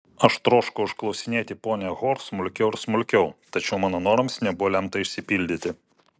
aš troškau išklausinėti ponią hor smulkiau ir smulkiau tačiau mano norams nebuvo lemta išsipildyti